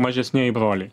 mažesnieji broliai